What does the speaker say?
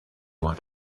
want